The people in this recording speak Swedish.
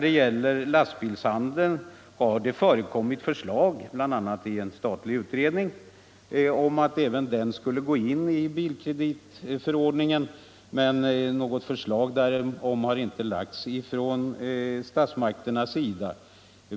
Det har framlagts förslag, bl.a. från en statlig utredning, om att även lastbilshandeln skulle gå in under bilkreditförordningen, men något förslag därom har inte lagts fram från statsmakternas sida.